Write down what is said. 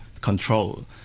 control